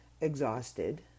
exhausted